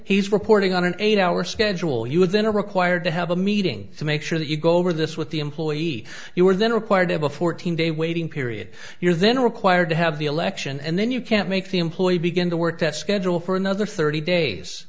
he's reporting on an eight hour schedule you would then are required to have a meeting to make sure that you go over this with the employee you were then required of a fourteen day waiting period you're then required to have the election and then you can't make the employer begin to work that schedule for another thirty days